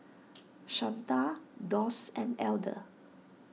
Shanta Doss and Elder